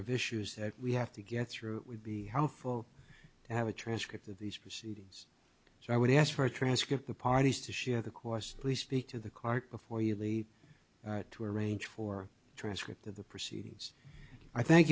of issues that we have to get through it would be helpful to have a transcript of these proceedings so i would ask for a transcript the parties to share the cost please speak to the cart before you leave to arrange for a transcript of the proceedings i thank